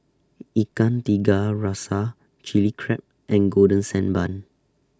Ikan Tiga Rasa Chili Crab and Golden Sand Bun